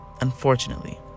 Unfortunately